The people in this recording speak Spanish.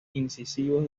incisivos